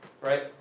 right